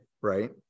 right